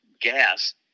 gas